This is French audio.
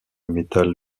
métal